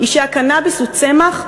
היא שהקנאביס הוא צמח,